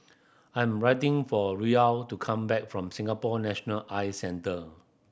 I'm waiting for Raul to come back from Singapore National Eye Centre